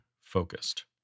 focused